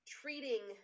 treating